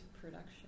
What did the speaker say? production